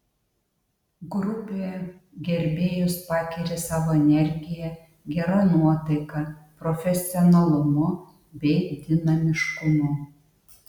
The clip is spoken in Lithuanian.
grupė gerbėjus pakeri savo energija gera nuotaika profesionalumu bei dinamiškumu